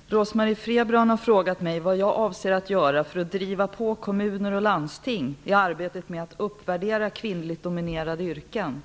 Fru talman! Rose-Marie Frebran har frågat mig vad jag avser att göra för att driva på kommuner och landsting i arbetet med att uppvärdera kvinnligt dominerade yrken.